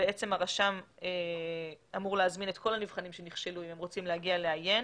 הרשם אמור להזמין את כל הנבחנים שנכשלו אם הם רוצים להגיע לעיין,